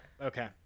Okay